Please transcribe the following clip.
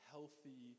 Healthy